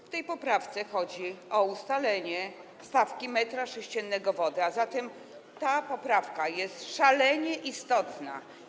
W tej poprawce chodzi o ustalenie stawki za 1 m3 wody, a zatem ta poprawka jest szalenie istotna.